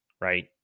right